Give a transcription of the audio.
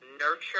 nurture